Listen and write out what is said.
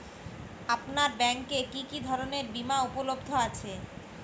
আপনার ব্যাঙ্ক এ কি কি ধরনের বিমা উপলব্ধ আছে?